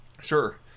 sure